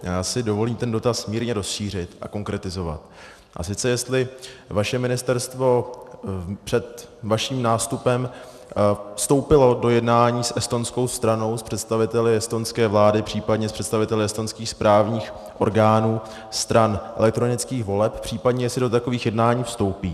Já si dovolím ten dotaz mírně rozšířit a konkretizovat, a sice jestli vaše ministerstvo před vaším nástupem vstoupilo do jednání s estonskou stranou, s představiteli estonské vlády, případně s představiteli estonských správních orgánů stran elektronických voleb, případně jestli do takových jednání vstoupí.